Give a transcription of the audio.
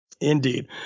Indeed